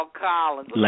Collins